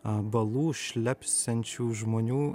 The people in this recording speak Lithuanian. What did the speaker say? a balų šlepsiančių žmonių